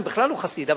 אני בכלל לא חסיד,